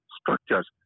structures